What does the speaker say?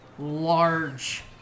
large